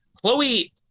Chloe